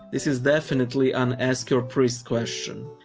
this is definitely an ask your priest question.